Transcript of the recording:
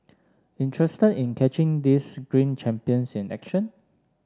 interested in catching these green champions in action